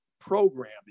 program